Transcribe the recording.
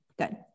Good